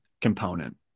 component